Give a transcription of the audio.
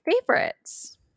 favorites